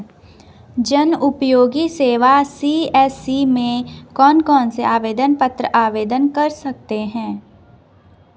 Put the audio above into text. जनउपयोगी सेवा सी.एस.सी में कौन कौनसे आवेदन पत्र आवेदन कर सकते हैं?